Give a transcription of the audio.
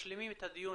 משלימים את הדיון